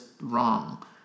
wrong